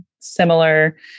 similar